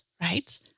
right